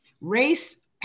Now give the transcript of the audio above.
Race